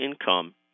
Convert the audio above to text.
income